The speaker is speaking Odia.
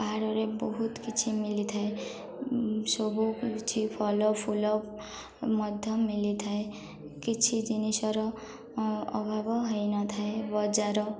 ପାହାଡ଼ରେ ବହୁତ କିଛି ମିଳିଥାଏ ସବୁ କିଛି ଫଳ ଫୁଲ ମଧ୍ୟ ମିଳିଥାଏ କିଛି ଜିନିଷର ଅଭାବ ହେଇନଥାଏ ବଜାର